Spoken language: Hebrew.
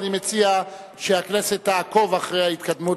אני מציע שהכנסת תעקוב אחרי ההתקדמות